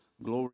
Glory